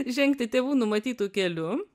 žengti tėvų numatytu keliu